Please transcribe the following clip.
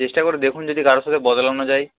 চেষ্টা করে দেখুন যদি কারও সাথে বদলানো যায়